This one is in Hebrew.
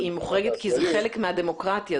היא מוחרגת כי זה חלק מהדמוקרטיה.